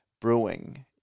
brewing